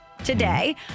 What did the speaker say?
today